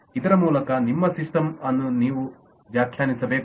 ಇದರ ಮೂಲಕ ನಮ್ಮ ಸಿಸ್ಟಮ್ ಅನ್ನು ನಾವು ವ್ಯಾಖ್ಯಾನಿಸಬೇಕು